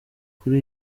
kuri